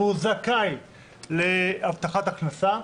והוא זכאי להבטחת הכנסה,